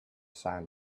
sand